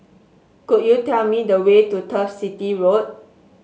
could you tell me the way to Turf City Road